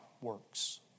works